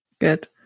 Good